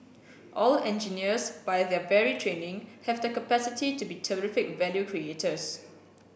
all engineers by their very training have the capacity to be terrific value creators